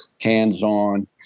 hands-on